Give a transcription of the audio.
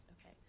Okay